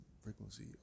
frequency